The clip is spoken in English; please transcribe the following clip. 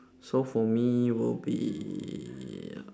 so for me will be